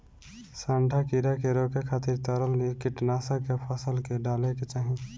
सांढा कीड़ा के रोके खातिर तरल कीटनाशक के फसल में डाले के चाही